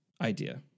Idea